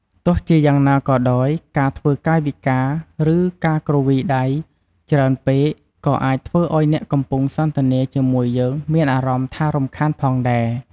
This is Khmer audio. ទោះជាយ៉ាងណាក៏ដោយ ការធ្វើកាយវិការ ឬការគ្រវីដៃច្រើនពេកក៏អាចធ្វើឱ្យ អ្នកកំពុងសន្ទនាជាមួយយើងមានអារម្មណ៍ថារំខានផងដែរ។